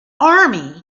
army